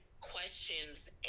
questions